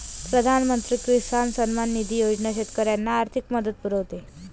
प्रधानमंत्री किसान सन्मान निधी योजना शेतकऱ्यांना आर्थिक मदत पुरवते